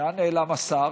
לאן נעלם השר?